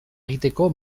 egiteko